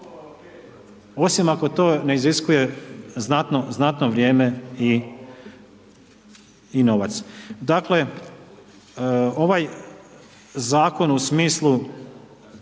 osim ako to ne iziskuje znatno vrijeme i novac. Dakle, ovaj zakon u smislu